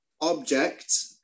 object